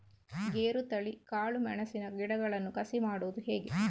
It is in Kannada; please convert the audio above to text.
ಗೇರುತಳಿ, ಕಾಳು ಮೆಣಸಿನ ಗಿಡಗಳನ್ನು ಕಸಿ ಮಾಡುವುದು ಹೇಗೆ?